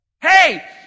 Hey